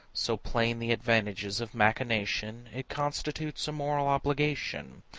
so plain the advantages of machination it constitutes a moral obligation,